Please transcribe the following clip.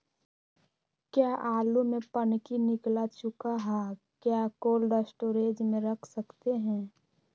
क्या आलु में पनकी निकला चुका हा क्या कोल्ड स्टोरेज में रख सकते हैं?